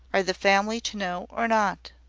are the family to know or not?